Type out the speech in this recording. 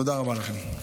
תודה רבה לכם.